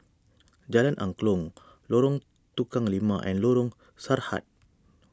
Jalan Angklong Lorong Tukang Lima and Lorong Sarhad